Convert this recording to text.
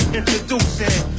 Introducing